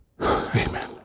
Amen